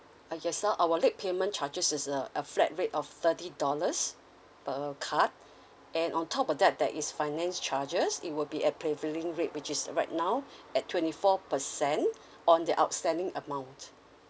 uh yes so our late payment charges is a a flat rate of thirty dollars per card and on top of that there is finance charges it will be a prevailing rate which is right now at twenty four percent on the outstanding amount